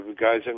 guys